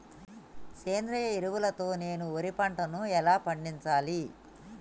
సేంద్రీయ ఎరువుల తో నేను వరి పంటను ఎలా పండించాలి?